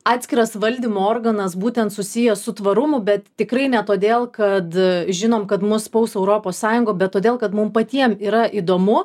atskiras valdymo organas būtent susijęs su tvarumu bet tikrai ne todėl kad žinom kad mus spaus europos sąjunga bet todėl kad mum patiem yra įdomu